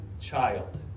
child